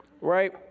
Right